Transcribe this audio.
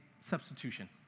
substitution